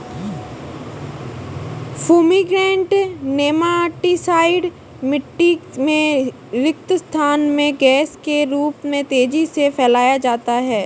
fumigant nematicide मिटटी में रिक्त स्थान में गैस के रूप में तेजी से फैलाया जाता है